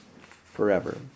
forever